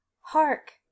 hark